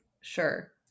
sure